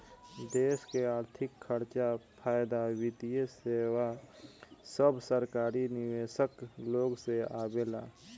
देश के अर्थिक खर्चा, फायदा, वित्तीय सेवा सब सरकारी निवेशक लोग से आवेला